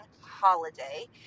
holiday